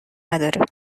نداره